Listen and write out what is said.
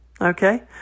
Okay